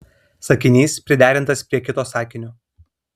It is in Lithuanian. sakinys priderintas prie kito sakinio